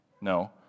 No